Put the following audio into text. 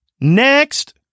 Next